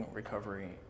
recovery